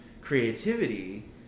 creativity